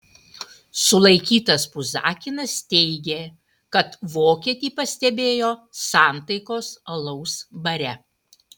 sulaikytas puzakinas teigė kad vokietį pastebėjo santaikos alaus bare